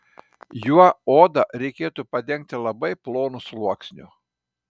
juo odą reikėtų padengti labai plonu sluoksniu